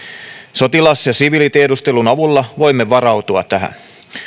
sotilas ja siviilitiedustelun avulla voimme varautua tähän